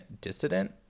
dissident